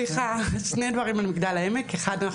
אחת,